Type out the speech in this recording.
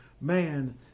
Man